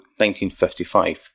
1955